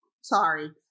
Sorry